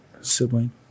sibling